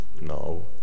No